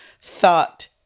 thought